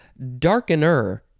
Darkener